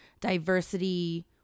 diversity